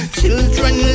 children